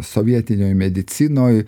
sovietinėj medicinoj